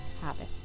habit